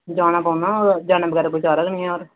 जाना पौना जाने बगैर कोई चारा गै नेई ऐ कोई होर